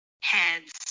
Heads